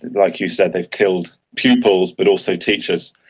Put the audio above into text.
like you said, they've killed pupils but also teachers.